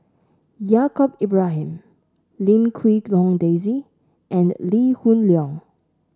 Yaacob Ibrahim Lim Quee Hong Daisy and Lee Hoon Leong